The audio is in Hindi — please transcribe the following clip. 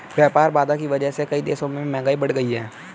व्यापार बाधा की वजह से कई देशों में महंगाई बढ़ गयी है